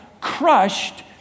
crushed